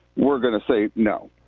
we're going to say no.